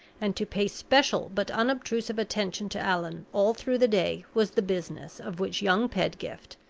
and to pay special but unobtrusive attention to allan all through the day was the business of which young pedgift,